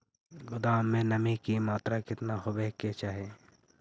गोदाम मे नमी की मात्रा कितना होबे के चाही?